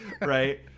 right